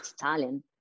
Italian